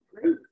great